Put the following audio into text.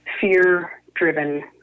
fear-driven